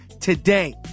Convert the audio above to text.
today